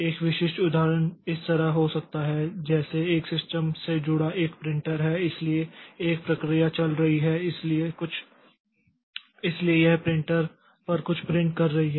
एक विशिष्ट उदाहरण इस तरह हो सकता है जैसे एक सिस्टम से जुड़ा एक प्रिंटर है इसलिए एक प्रक्रिया चल रही है इसलिए यह प्रिंटर पर कुछ प्रिंट कर रही है